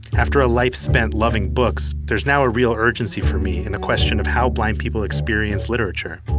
after a life spent loving books, there's now a real urgency for me, and the question of how blind people experience literature.